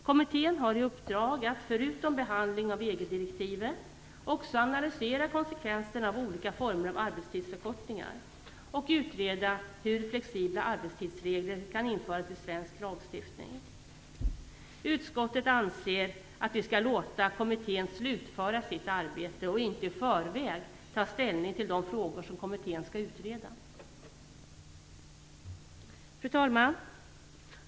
Kommittén har i uppdrag att utöver behandlingen av EG-direktivet också analysera konsekvenserna av olika former av arbetstidsförkortningar, och utreda på vilket sätt flexibla arbetstidsregler kan införas i svensk lagstiftning. Utskottet anser att riksdagen skall låta kommittén slutföra sitt arbete, och inte i förväg ta ställning till de frågor som kommittén skall utreda. Fru talman!